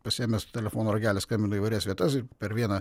pasiėmęs telefono ragelį skambino į įvairias vietas ir per vieną